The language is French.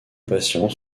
patients